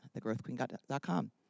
thegrowthqueen.com